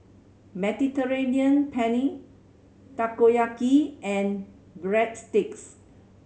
Mediterranean Penne Takoyaki and Breadsticks